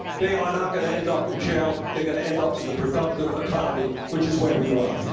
they are not going to end up in jail. they're going to end up in the productive economy, which is where we want them.